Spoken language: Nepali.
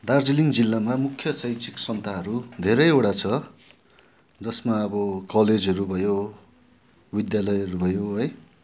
दार्जिलिङ जिल्लामा मुख्य शैक्षिक संस्थाहरू धेरैवटा छ जसमा अब कलेजहरू भयो विद्यालयहरू भयो है